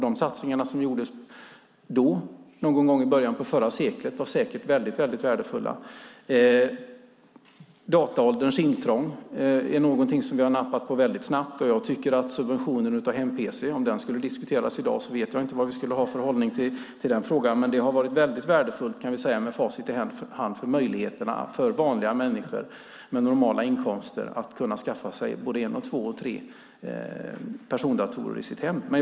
De satsningar som gjordes då, någon gång i början av förra seklet, var säkert värdefulla. Dataålderns intrång var något som vi nappade på snabbt. Jag vet inte vilken hållning vi skulle ha haft till diskussionen om subventionen av hem-pc i dag, men det har med facit i hand varit värdefullt för vanliga människor med normala inkomster att få möjlighet att skaffa sig en, två eller tre persondatorer till hemmet.